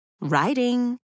writing